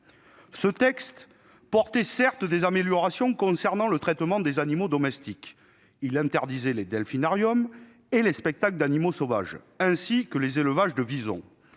initiale apportait des améliorations concernant le traitement des animaux domestiques. Ainsi, il interdisait les delphinariums et les spectacles d'animaux sauvages, ainsi que les élevages de visons.